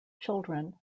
children